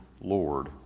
Lord